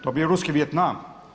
To je bio ruski Vijetnam.